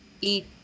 eat